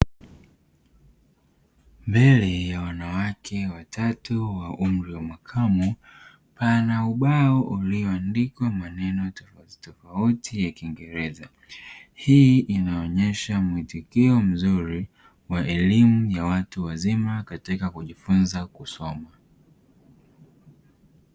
Mbele ya wanawake watatu wa umri wa makamo pana ubao ulioandikwa maneno tofautitofauti ya kiingereza. Hii inaonyesha mwitikio mzuri wa elimu ya watu wazima katika kujifunza kusoma.